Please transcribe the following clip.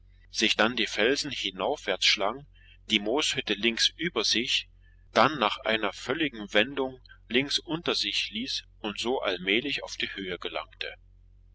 sich dann die felsen hinaufwärts schlang die mooshütte links über sich dann nach einer völligen wendung links unter sich ließ und so allmählich auf die höhe gelangte